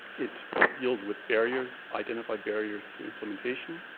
it deals with barriers, identified barriers to implementation.